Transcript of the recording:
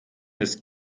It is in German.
ist